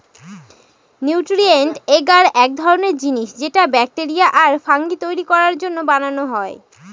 nutrient agar এক ধরনের জিনিস যেটা ব্যাকটেরিয়া আর ফাঙ্গি তৈরী করার জন্য বানানো হয়